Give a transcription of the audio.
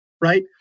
right